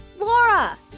Laura